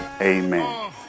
Amen